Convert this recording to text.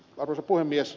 arvoisa puhemies